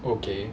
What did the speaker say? okay